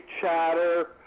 chatter